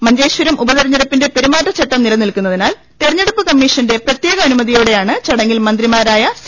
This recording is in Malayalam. മുഞ്ചേശ്വരം ഉപതെരഞ്ഞെടുപ്പിന്റെ പെരുമാറ്റചട്ടം നിലനിൽക്കുന്നതിനാൽ തെരഞ്ഞെടുപ്പ് കമ്മീഷന്റെ പ്രത്യേക അനു മതിയോടെയാണ് ചടങ്ങിൽ മന്ത്രിമാരായ സി